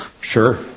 sure